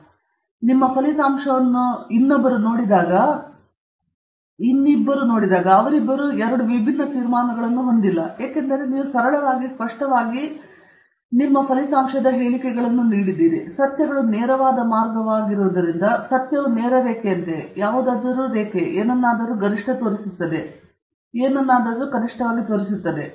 ಅರ್ಥ ನಾನು ನಿಮ್ಮ ಫಲಿತಾಂಶಗಳನ್ನು ನೋಡಿದರೆ ಮತ್ತು ಇನ್ನೊಬ್ಬರು ಫಲಿತಾಂಶವನ್ನು ನೋಡಿದರೆ ಅವರಿಬ್ಬರು ಎರಡು ವಿಭಿನ್ನ ತೀರ್ಮಾನಗಳನ್ನು ಹೊಂದಿಲ್ಲ ಏಕೆಂದರೆ ನೀವು ಸರಳವಾಗಿ ಹೇಳಿಕೆ ನೀಡಿದ್ದೀರಿ ಮತ್ತು ಸತ್ಯಗಳು ನೇರವಾದ ಮಾರ್ಗವಾಗಿರುವುದರಿಂದ ಸತ್ಯವು ನೇರ ರೇಖೆಯಂತೆಯೇ ಯಾವುದಾದರೂ ರೇಖೆಯೇ ಏನನ್ನಾದರೂ ಗರಿಷ್ಠ ತೋರಿಸುತ್ತದೆ ಮತ್ತು ಯಾವುದನ್ನಾದರೂ ಕನಿಷ್ಠ ತೋರಿಸುತ್ತದೆ